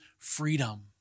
Freedom